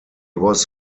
was